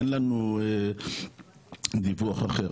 אין לנו דיווח אחר,